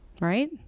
right